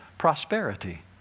prosperity